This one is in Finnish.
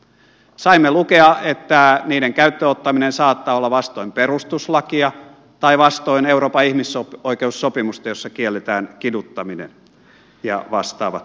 saimme lukea että niiden käyttöön ottaminen saattaa olla vastoin perustuslakia tai vastoin euroopan ihmisoikeussopimusta jossa kielletään kiduttaminen ja vastaavat rankaisumuodot